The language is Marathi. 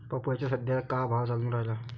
पपईचा सद्या का भाव चालून रायला?